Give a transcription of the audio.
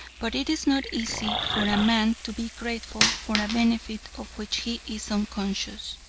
but it is not easy for a man to be grateful for a benefit of which he is unconscious.